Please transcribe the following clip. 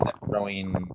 growing